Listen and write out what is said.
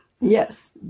Yes